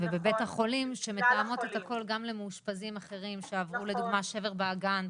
ובבתי החולים שמתאמות את הכל גם למאושפזים אחרים שעברו לדוגמא שבר באגן,